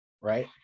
right